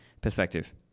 perspective